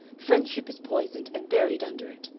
friendship is poisoned and buried under it.